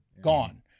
Gone